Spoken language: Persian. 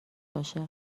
باشه